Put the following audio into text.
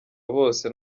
bose